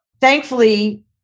thankfully